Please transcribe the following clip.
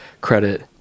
credit